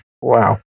Wow